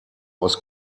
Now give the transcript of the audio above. was